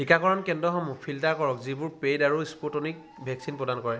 টীকাকৰণ কেন্দ্ৰসমূহ ফিল্টাৰ কৰক যিবোৰ পেইড আৰু স্পুটনিক ভেকচিন প্ৰদান কৰে